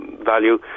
value